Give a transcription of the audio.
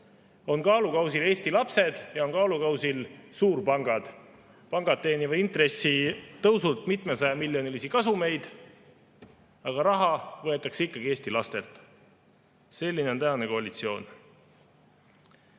On kaalukausil Eesti lapsed ja on kaalukausil suurpangad. Pangad teenivad intressitõusult mitmesajamiljonilisi kasumeid, aga raha võetakse ikkagi Eesti lastelt. Selline on tänane koalitsioon.